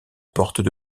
porte